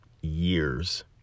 years